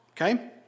Okay